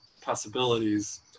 possibilities